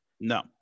No